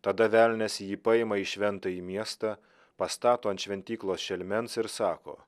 tada velnias jį paima į šventąjį miestą pastato ant šventyklos šelmens ir sako